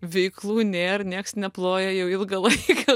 veiklų nėr nieks neploja jau ilgą laiką